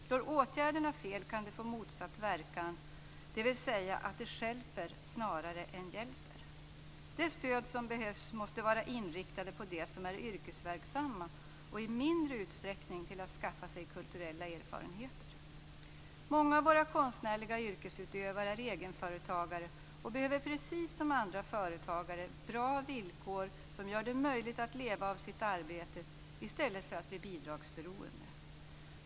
Slår åtgärderna fel kan de få motsatt verkan, dvs. de stjälper snarare än hjälper. De stöd som behövs måste vara inriktade på dem som är yrkesverksamma och i mindre utsträckning för att skaffa sig kulturella erfarenheter. Många av våra konstnärliga yrkesutövare är egenföretagare och behöver precis som andra företagare bra villkor som gör det möjligt att leva av sitt arbete i stället för att bli bidragsberoende.